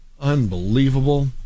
Unbelievable